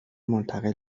منتقل